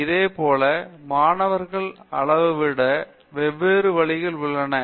பேராசிரியர் பிரதாப் ஹரிதாஸ் இதே போல் மாணவர்களை அளவிட வெவ்வேறு வழிகள் உள்ளன